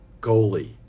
goalie